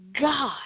God